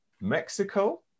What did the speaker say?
Mexico